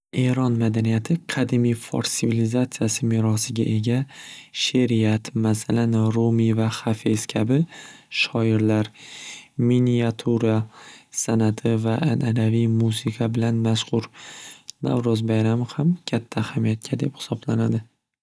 Eron madaniyati qadimiy fors svilizatsiyasiga ega sheriyat masalan rumiy va xafez kabi shoirlar miniatura san'ati va an'anaviy musiqa bilan mashxur navro'z bayrami ham katta ahamiyatga deb hisoblanadi.